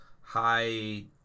high